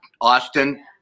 Austin